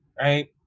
right